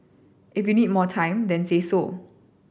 if you need more time then say so